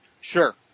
Sure